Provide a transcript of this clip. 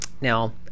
Now